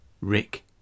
Rick